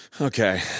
Okay